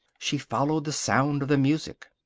she followed the sound of the music.